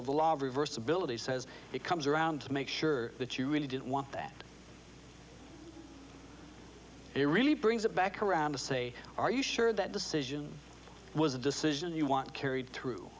the law reversibility says it comes around to make sure that you really didn't want that it really brings it back around to say are you sure that decision was a decision you want carried through